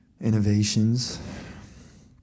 innovations